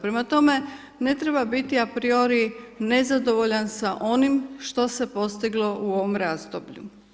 Prema tome, ne treba biti apriori, nezadovoljan sa onim što se je postiglo u ovom razdoblju.